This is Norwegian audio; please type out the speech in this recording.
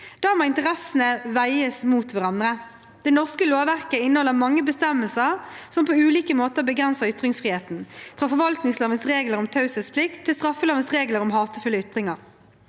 Da må interessene veies mot hverandre. Det norske lovverket inneholder mange bestemmelser som på ulike måter begrenser ytringsfriheten – fra forvaltningslovens regler om taushetsplikt til straffelovens regler om hatefulle ytringer.